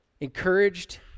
encouraged